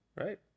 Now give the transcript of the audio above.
right